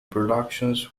productions